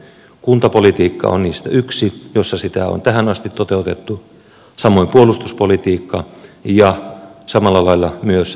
kuntapolitiikka on niistä yksi jossa sitä on tähän asti toteutettu samoin puolustuspolitiikka ja samalla lailla myös vaalipiiriuudistukset